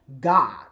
god